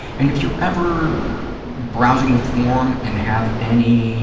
and if you're ever browsing the forum and have any